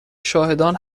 شاهدان